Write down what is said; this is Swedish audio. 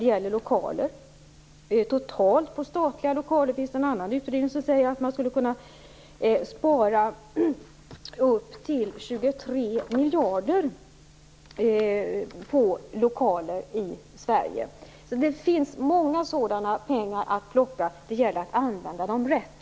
Det finns en annan utredning som säger att man totalt när det gäller statliga lokaler i Sverige skulle kunna spara upp till 23 miljarder kronor. Det finns alltså mycket pengar att plocka. Det gäller att använda pengarna rätt.